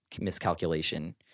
miscalculation